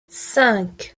cinq